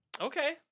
Okay